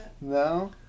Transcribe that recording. no